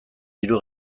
diru